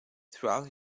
throughout